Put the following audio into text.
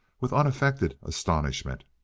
with unaffected astonishment.